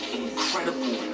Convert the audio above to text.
incredible